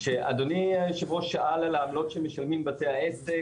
כשאדוני היושב-ראש שאל על העמלות שמשלמים בתי העסק,